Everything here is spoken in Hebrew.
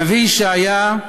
הנביא ישעיה,